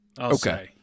okay